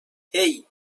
hey